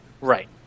Right